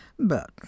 But